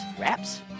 wraps